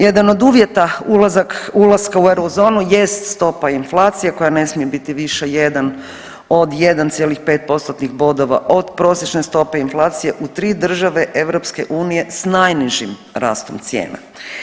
Jedan od uvjeta ulaska u eurozonu jest stopa inflacije koja ne smije biti viša od 1,5% bodova od prosječne stope inflacije u tri države EU s najnižim rastom cijena.